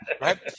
Right